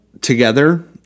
together